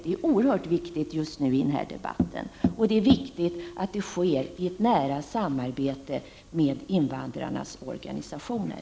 Det är oerhört viktigt just nu i den här debatten, och det är viktigt att det sker i nära samarbete med invandrarnas organisationer.